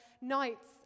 nights